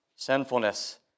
Sinfulness